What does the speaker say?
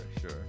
Sure